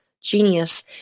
genius